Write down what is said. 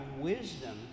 wisdom